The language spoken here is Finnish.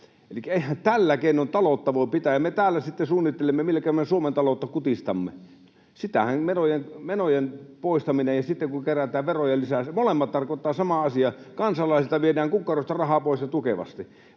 Elikkä eihän tällä keinoin taloutta voi pitää, ja me täällä sitten suunnittelemme, millä keinoin me Suomen taloutta kutistamme. Sitähän menojen poistaminen ja se, että kerätään veroja lisää, molemmat tarkoittavat: kansalaisilta viedään kukkarosta rahaa pois ja tukevasti